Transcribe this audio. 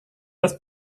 das